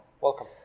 Welcome